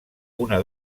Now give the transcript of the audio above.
una